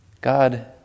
God